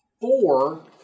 four